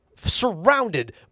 surrounded